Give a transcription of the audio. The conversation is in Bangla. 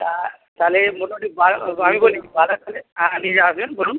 তা তাহলে মোটামুটি বারো আমি বলি নিয়ে আসবেন বলুন